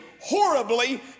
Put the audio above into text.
Horribly